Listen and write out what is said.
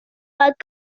but